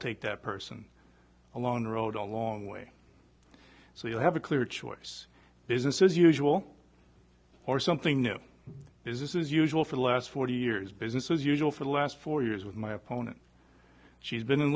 take that person along the road a long way so you have a clear choice business as usual or something new is this is usual for the last forty years business as usual for the last four years with my opponent she's been in